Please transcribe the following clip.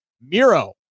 Miro